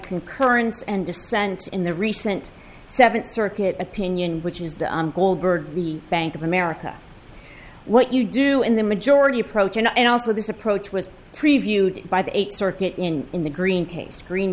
concurrence and dissent in the recent seventh circuit opinion which is that the bank of america what you do in the majority approach and also this approach was previewed by the eighth circuit in in the green case green